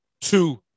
Two